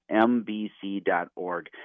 mbc.org